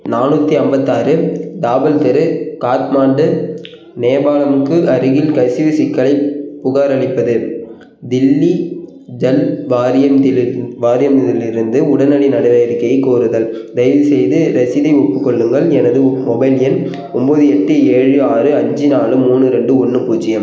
நானூற்றி ஐம்பத்தாறு டாபல் தெரு காத்மாண்டு நியமானமுக்கு அருகில் கசிவு சிக்கலைப் புகாரளிப்பது தில்லி ஜல் வாரியந்த்திலிருந் வாரியமில்லில் இருந்து உடனடி நடவடிக்கையைக் கோருதல் தயவுசெய்து ரசீதை ஒப்புக் கொள்ளுங்கள் எனது மொபைல் எண் ஒன்பது எட்டு ஏழு ஆறு அஞ்சு நாலு மூணு ரெண்டு ஒன்று பூஜ்ஜியம்